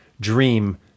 dream